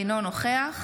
אינו נוכח